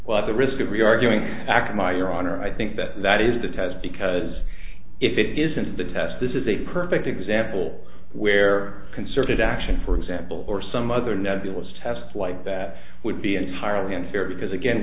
well at the risk of we are doing akamai your honor i think that that is the test because if it isn't to the test this is a perfect example where concerted action for example or some other nebulous test like that would be entirely unfair because again